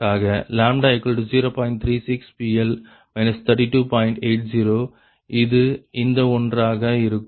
80 இது இந்த ஒன்றாக இருக்கும்